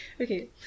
okay